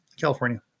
California